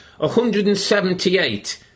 178